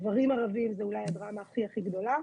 גברים ערבים זה אולי הדרמה הכי הכי גדולה.